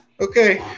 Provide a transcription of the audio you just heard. Okay